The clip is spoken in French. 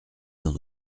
dans